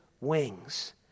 wings